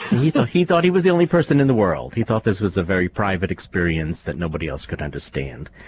he thought he thought he was the only person in the world. he thought this was a very private experience that nobody else could understand.